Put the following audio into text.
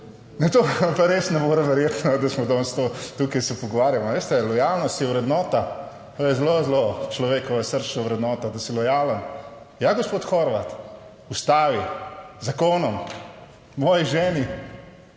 ne, to pa res ne more verjeti, no, da smo danes to, tukaj se pogovarjamo, veste, lojalnost je vrednota. To je zelo, zelo človekova srčna vrednota, da si lojalen, ja, gospod Horvat, ustavi, zakonom, moji ženi,